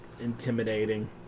intimidating